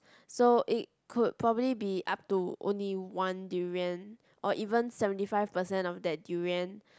so it could probably be up to only one durian or even seventy five percent of that durian